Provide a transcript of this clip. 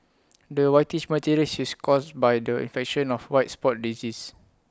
the whitish material is caused by the infection of white spot disease